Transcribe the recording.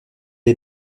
est